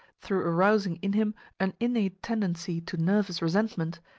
through arousing in him an innate tendency to nervous resentment,